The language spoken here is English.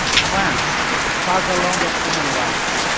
france, fatherland of human rights.